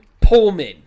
Pullman